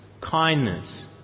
kindness